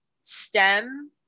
STEM